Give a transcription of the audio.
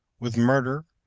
with murder,